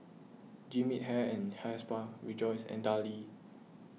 Jean Yip Hair and Hair Spa Rejoice and Darlie